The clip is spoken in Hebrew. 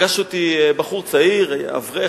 פגש אותי בחור צעיר, אברך,